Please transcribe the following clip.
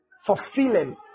fulfilling